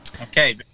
okay